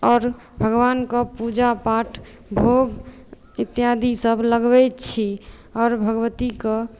आओर भगवानके पूजा पाठ भोग इत्यादिसभ लगबैत छी आओर भगवतीके